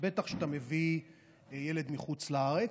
בטח כשאתה מביא ילד מחוץ לארץ.